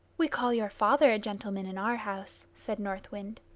we call your father a gentleman in our house, said north wind.